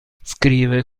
scrive